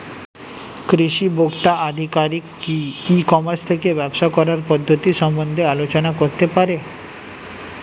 কৃষি ভোক্তা আধিকারিক কি ই কর্মাস থেকে ব্যবসা করার পদ্ধতি সম্বন্ধে আলোচনা করতে পারে?